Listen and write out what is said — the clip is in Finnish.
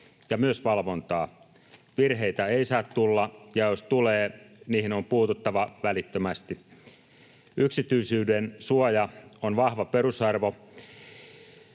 ja myös valvontaa. Virheitä ei saa tulla, ja jos tulee, niihin on puututtava välittömästi. Yksityisyydensuoja on vahva perusarvo,